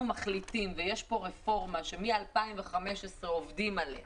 מחליטים ויש כאן רפורמה שמ-2015 עובדים עליה